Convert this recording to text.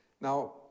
Now